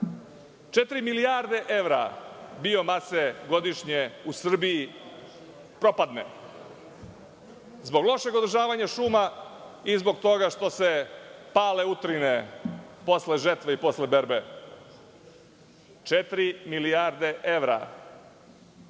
milijarde evra biomase godišnje u Srbiji propadne zbog lošeg održavanja šuma i zbog toga što se pale utrine posle žetve i posle berbe. Jedna